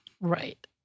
Right